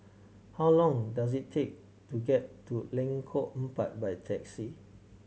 how long does it take to get to Lengkong Empat by taxi